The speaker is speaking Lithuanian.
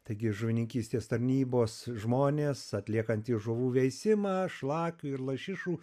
taigi žuvininkystės tarnybos žmonės atliekantys žuvų veisimą šlakio ir lašišų